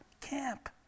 camp